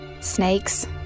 Snakes